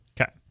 Okay